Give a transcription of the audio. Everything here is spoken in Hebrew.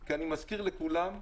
כי אני מזכיר לכולם,